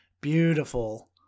beautiful